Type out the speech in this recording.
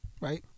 Right